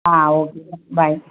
ஆ ஓகேங்க பாய்